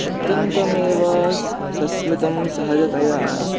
अत्यन्तमेव स सस्मितं सहजतया